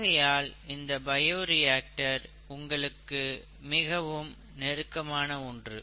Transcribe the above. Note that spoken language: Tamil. ஆகையால் இந்த பயோரியாக்டர் உங்களுக்கு மிகவும் நெருக்கமான ஒன்று